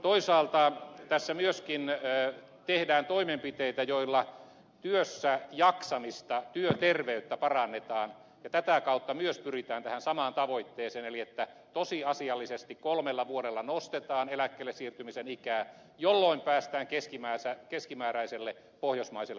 toisaalta tässä myöskin tehdään toimenpiteitä joilla työssäjaksamista työterveyttä parannetaan ja tätä kautta myös pyritään tähän samaan tavoitteeseen että tosiasiallisesti kolmella vuodella nostetaan eläkkeelle siirtymisen ikää jolloin päästään keskimääräiselle pohjoismaiselle tasolle